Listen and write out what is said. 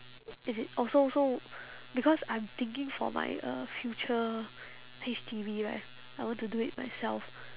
is it oh so so because I'm thinking for my uh future H_D_B right I want to do it myself